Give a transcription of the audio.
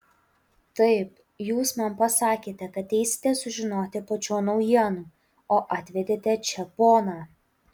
taip jūs man pasakėte kad eisite sužinoti apačion naujienų o atvedėte čia poną